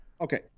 Okay